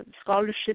Scholarship